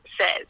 says